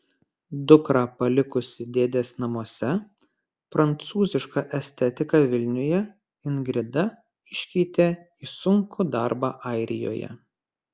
dukrą palikusi dėdės namuose prancūzišką estetiką vilniuje ingrida iškeitė į sunkų darbą airijoje